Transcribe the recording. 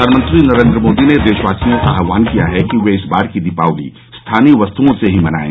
प्रधानमंत्री नरेंद्र मोदी ने देशवासियों का आह्ववान किया है कि वे इस बार की दीपावली स्थानीय वस्तुओं से ही मनाएं